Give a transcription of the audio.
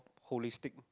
holistic